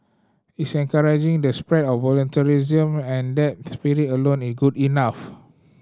it's encouraging the spread of voluntarism and that spirit alone is good enough